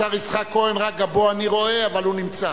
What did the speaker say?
השר יצחק כהן, רק את גבו אני רואה, אבל הוא נמצא.